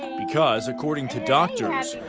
because according to doctors.